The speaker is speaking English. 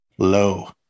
Low